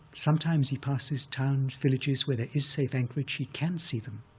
sometimes he passes towns, villages, where there is safe anchorage. he can see them,